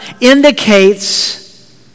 indicates